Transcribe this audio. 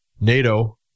NATO